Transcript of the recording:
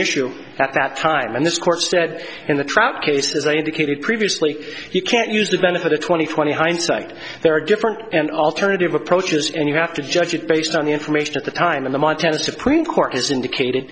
issue at that time and this court said in the trap case as i indicated previously you can't use the benefit of twenty twenty hindsight there are different and alternative approaches and you have to judge it based on the information at the time in the montana supreme court as indicated